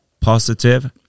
positive